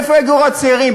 איפה יגורו הצעירים?